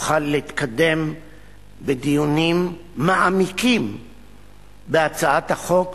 תוכל להתקדם בדיונים מעמיקים בהצעת החוק,